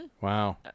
Wow